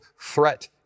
threat